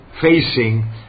facing